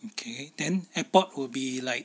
okay then airport will be like